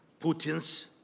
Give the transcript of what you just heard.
Putin's